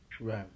Right